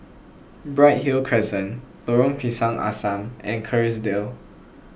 Bright Hill Crescent Lorong Pisang Asam and Kerrisdale